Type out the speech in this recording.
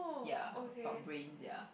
ya about brain ya